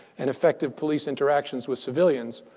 and effective police interactions with civilians,